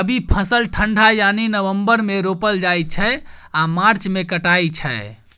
रबी फसल ठंढा यानी नवंबर मे रोपल जाइ छै आ मार्च मे कटाई छै